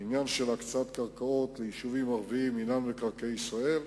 עניין הקצאת הקרקעות ליישובים ערביים ומינהל מקרקעי ישראל,